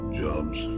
jobs